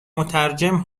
مترجم